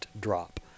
drop